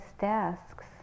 desks